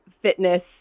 fitness